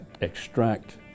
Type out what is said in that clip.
extract